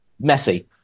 messy